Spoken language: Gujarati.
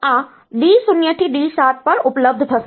તેથી તે આ D0 થી D7 પર ઉપલબ્ધ થશે